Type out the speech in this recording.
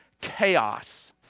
chaos